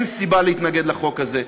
אין סיבה להתנגד לחוק הזה.